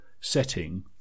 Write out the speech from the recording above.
setting